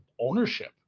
ownership